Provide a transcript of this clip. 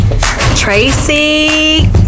Tracy